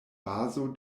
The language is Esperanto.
bazo